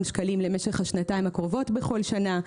שקלים למשך השנתיים הקרובות בכל שנה,